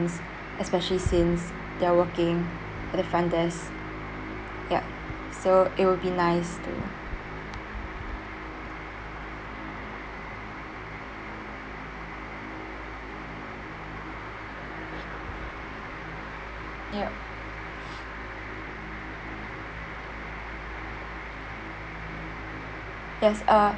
especially since they are working at the front desk yup so it will be nice to yup yes uh